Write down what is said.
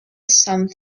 some